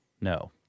No